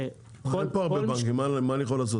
אין פה הרבה בנקים, מה אני יכול לעשות?